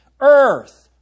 Earth